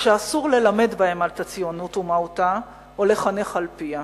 שאסור ללמד בהן על הציונות ומהותה או לחנך על-פיה?